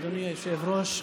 אדוני היושב-ראש,